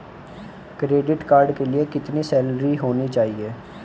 Credit card के लिए कितनी सैलरी होनी चाहिए?